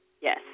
Yes